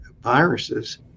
viruses